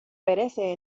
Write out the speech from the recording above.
perece